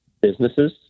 businesses